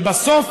ובסוף,